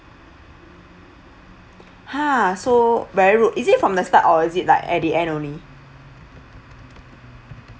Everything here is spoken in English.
ha so very rude is it from the start or is it like at the end only